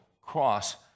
cross